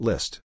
List